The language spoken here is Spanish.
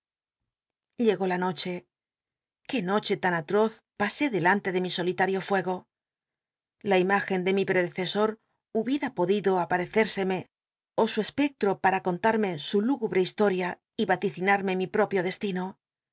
l legó la noche qué noche tan alroz pasé delante de mi solitario fuego i la imágen de mi predecesor hubiera podido aparecérseme osu espectro para contarme su lúgubre historia y ralicirhll'ole mi propio destino